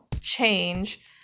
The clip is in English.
change